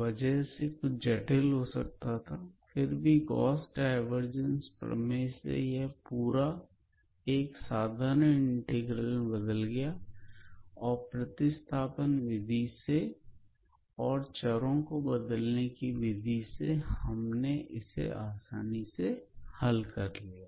वजह से कुछ जटिल हो सकता था फिर भी गॉस डाइवर्जंस प्रमेय से यह पूरा एक साधारण इंटीग्रल में बदल गया और प्रतिस्थापन विधि से और चरों को बदलने की विधि से हमने इसे आसानी से हल कर लिया